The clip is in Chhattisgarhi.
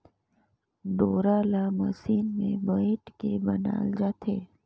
डोरा ल मसीन मे बइट के बनाल जाथे